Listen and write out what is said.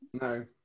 No